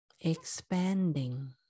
expanding